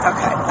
Okay